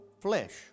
flesh